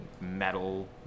metal